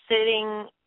sitting